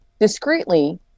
discreetly